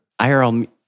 IRL